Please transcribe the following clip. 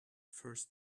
first